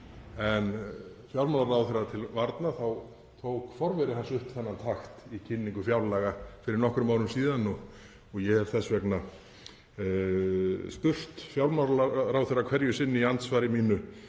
Fjármálaráðherra til varnar tók forveri hans upp þennan takt í kynningu fjárlaga fyrir nokkrum árum og ég hef þess vegna spurt fjármálaráðherra hverju sinni í andsvari mínu